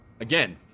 again